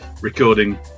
recording